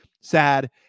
Sad